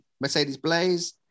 Mercedes-Blaze